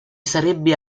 sarebbe